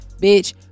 Bitch